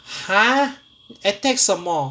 !huh! attack 什么